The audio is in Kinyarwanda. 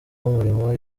w’umurimo